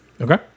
okay